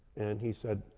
and he said,